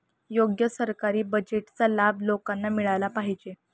योग्य सरकारी बजेटचा लाभ लोकांना मिळाला पाहिजे